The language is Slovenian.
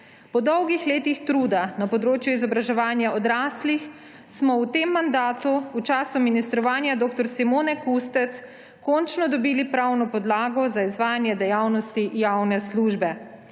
Po dolgih letih truda na področju izobraževanja odraslih smo v tem mandatu v času ministrovanja dr. Simone Kustec končno dobili pravno podlago za izvajanje dejavnosti javne službe.